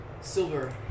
silver